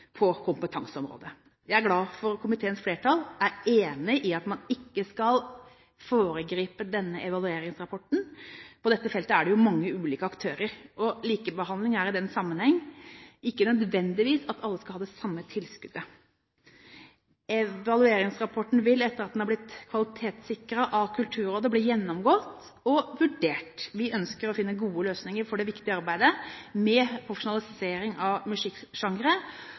på kompetanseområdet. Jeg er glad for at komiteens flertall er enig i at man ikke skal foregripe denne evalueringsrapporten. På dette feltet er det mange ulike aktører, og likebehandling er i den sammenhengen ikke nødvendigvis at alle skal ha det samme tilskuddet. Evalueringsrapporten vil – etter at den er blitt kvalitetssikret av Kulturrådet – bli gjennomgått og vurdert. Vi ønsker å finne gode løsninger for det viktige arbeidet med profesjonalisering av